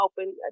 open